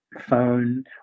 phone